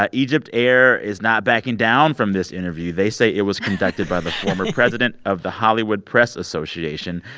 ah egypt air is not backing down from this interview. they say it was conducted by the former president of the hollywood press association.